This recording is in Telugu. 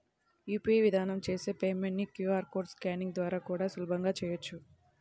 యూ.పీ.ఐ విధానం చేసే పేమెంట్ ని క్యూ.ఆర్ కోడ్ స్కానింగ్ ద్వారా కూడా సులభంగా చెయ్యొచ్చు